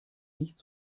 nicht